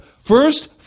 first